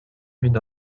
evit